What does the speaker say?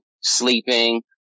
sleeping